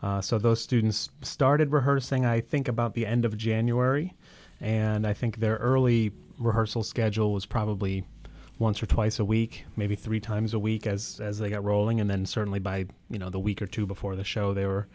school so those students started rehearsing i think about the end of january and i think their early rehearsal schedule was probably once or twice a week maybe three times a week as as they got rolling and then certainly by you know the week or two before the show they were